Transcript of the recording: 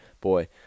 boy